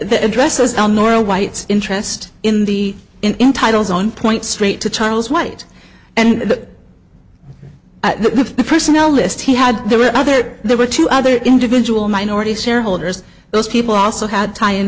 that addresses all moral whites interest in the in titles on points straight to charles white and at the personnel list he had there were other there were two other individual minority shareholders those people also had tie in